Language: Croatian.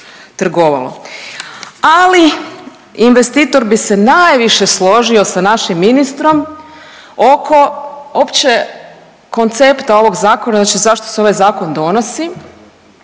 ali investitor bi se najviše složio sa našim ministrom oko opće koncepta ovog zakona, znači zašto se ovaj zakon donosi.